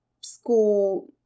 school